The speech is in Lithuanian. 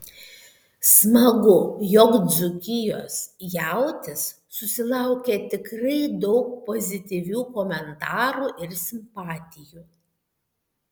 smagu jog dzūkijos jautis susilaukė tikrai daug pozityvių komentarų ir simpatijų